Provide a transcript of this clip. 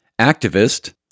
Activist